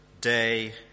day